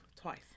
twice